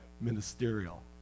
ministerial